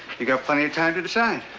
you've got plenty of time to decide.